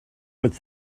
with